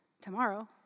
Tomorrow